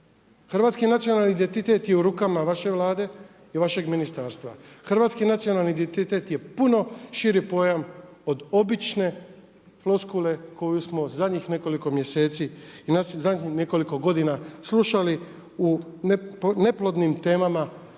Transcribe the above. Hrvatski nacionalni identitet je u rukama vaše Vlade i vašeg ministarstva, hrvatski nacionalni identitet je puno širi pojam od obične floskule koju smo zadnjih nekoliko mjeseci i zadnjih nekoliko godina slušali u neplodnim temama